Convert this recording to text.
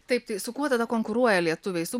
taip tai su kuo tada konkuruoja lietuviai su